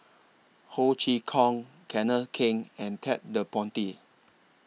Ho Chee Kong Kenneth Keng and Ted De Ponti